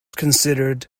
considered